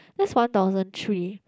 that's one thousand three